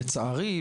לצערי,